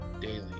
daily